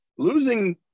Losing